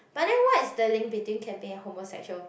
but then what is the link between camping and homosexual